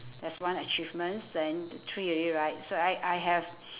that's one achievements then the three already right so I I have